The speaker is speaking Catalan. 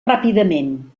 ràpidament